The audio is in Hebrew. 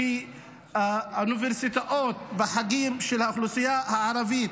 ברגע שבחגים של האוכלוסייה הערבית